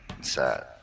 Sad